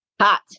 hot